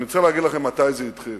אני רוצה להגיד לכם מתי זה התחיל.